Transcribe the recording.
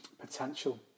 potential